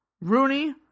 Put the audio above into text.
Rooney